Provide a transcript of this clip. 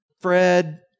Fred